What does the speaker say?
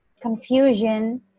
confusion